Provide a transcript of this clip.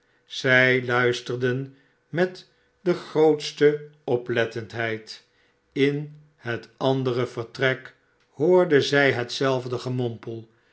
zij luisterden met de grootste oplettendheid in het andere vertrek hoorden zij hetzelfde